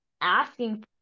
asking